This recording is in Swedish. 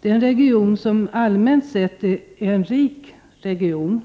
Denna region är allmänt sett en rik region,